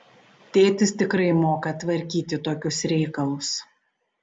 tėtis tikrai moka tvarkyti tokius reikalus